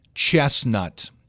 chestnut